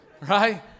right